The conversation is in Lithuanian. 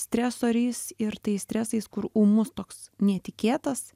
stresoriais ir tais stresais kur ūmus toks netikėtas